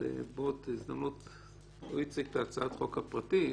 הוא הציג את הצעת החוק הפרטית,